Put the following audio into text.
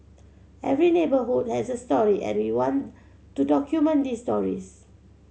every neighbourhood has a story and we want to document these stories